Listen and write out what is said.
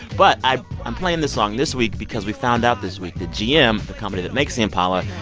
but i'm i'm playing this song this week because we found out this week that gm, the company that makes the impala,